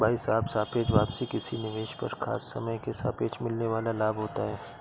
भाई साहब सापेक्ष वापसी किसी निवेश पर खास समय के सापेक्ष मिलने वाल लाभ होता है